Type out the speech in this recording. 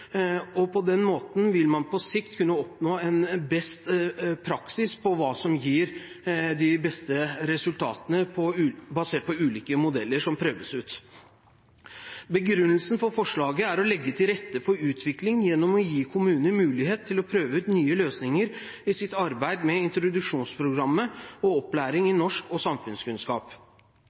modeller. På den måte vil man på sikt kunne oppnå en beste praksis for hva som gir de beste resultatene, basert på ulike modeller som prøves ut. Begrunnelsen for forslaget er å legge til rette for utvikling gjennom å gi kommunene mulighet til å prøve ut nye løsninger i sitt arbeid med introduksjonsprogrammet og opplæring i norsk og samfunnskunnskap.